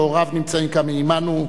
שהוריו נמצאים כאן עמנו,